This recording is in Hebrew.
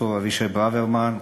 פרופסור אבישי ברוורמן,